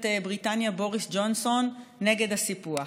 בריטניה בוריס ג'ונסון שנגד הסיפוח,